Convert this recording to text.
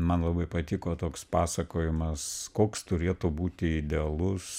man labai patiko toks pasakojimas koks turėtų būti idealus